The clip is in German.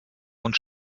und